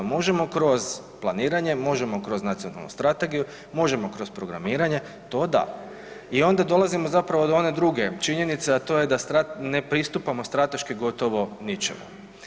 Možemo kroz planiranje, možemo kroz nacionalnu strategiju, možemo kroz programiranje, to da i onda dolazimo zapravo do one druge činjenice, a to je da strat, ne pristupamo strateški gotovo ničemu.